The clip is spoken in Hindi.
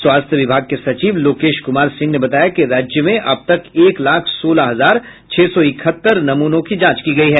स्वास्थ्य विभाग के सचिव लोकेश कुमार सिंह ने बताया कि राज्य में अब तक एक लाख सोलह हजार छह सौ इकहत्तर नमूनों की जांच की गयी है